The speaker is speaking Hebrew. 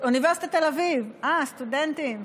אוניברסיטת תל אביב, אה, סטודנטים.